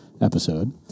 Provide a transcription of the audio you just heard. episode